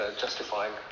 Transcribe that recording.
justifying